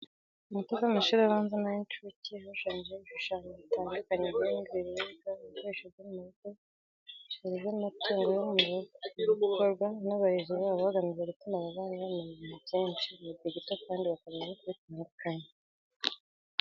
Ku nkuta z'amashuri abanza n'ay'incuke haba hashushanyijeho ibishushanyo bitandukanye birimo ibiribwa, ibikoresho byo mu rugo, ibishushanyo by'amatungo yo mu rugo. Ibi rero bikorwa n'abarezi babo bagamije gutuma aba bana bamenya ibintu byinshi, mu gihe gito kandi bakamenya no kubitandukanya.